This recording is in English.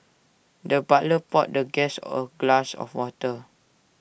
the butler poured the guest A glass of water